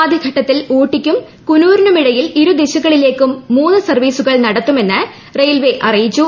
ആദ്യ ഘട്ടത്തിൽ ഊട്ടിക്കും കൂനൂറിനുമിടയിൽ ഇരുദിശകളിലേക്കും മൂന്ന് സർവീസുകൾ നടത്തുമെന്ന് റെയിൽവേ അറിയിച്ചു